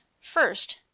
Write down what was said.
first